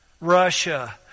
Russia